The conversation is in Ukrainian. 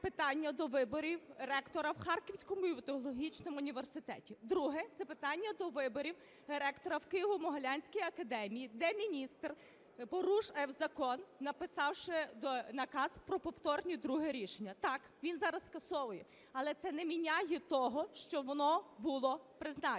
- це питання довиборів ректора в Харківському біотехнологічному університеті. Друге - це питання довиборів ректора в Києво-Могилянській академії, де міністр порушив закон, написавши наказ про повторне, друге рішення. Так, він зараз скасовує. Але це не міняє того, що воно було призначене.